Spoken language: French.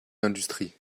l’industrie